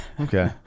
okay